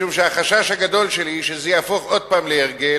משום שהחשש הגדול שלי הוא שזה יהפוך שוב להרגל,